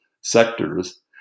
sectors